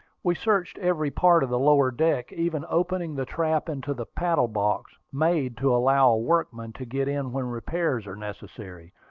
we searched every part of the lower deck, even opening the trap into the paddle-box, made to allow a workman to get in when repairs were necessary.